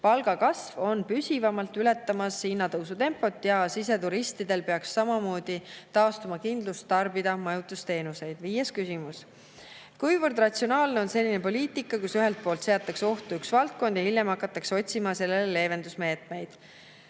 palgakasv on püsivalt ületamas hinnatõusu ja samamoodi peaks siseturistidel taastuma kindlus tarbida majutusteenuseid. Viies küsimus: "Kuivõrd ratsionaalne on selline poliitika, kus ühelt poolt seatakse ohtu üks valdkond ja siis hiljem hakatakse otsima sellele leevendusmeetmeid?"